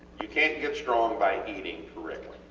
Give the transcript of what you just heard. you cant get strong by eating correctly,